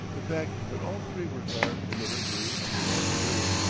the fact that all three were garbed in the livery of the well-to-do.